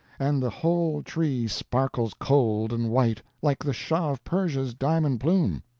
and the whole tree sparkles cold and white, like the shah of persia's diamond plume.